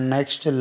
Next